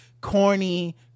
corny